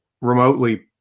remotely